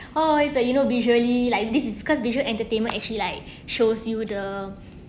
oh is that you know visually like this is because visual entertainment actually like shows you the